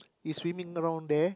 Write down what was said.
is swimming around there